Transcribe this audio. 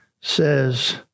says